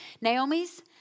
Naomi's